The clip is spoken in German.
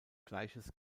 gleiches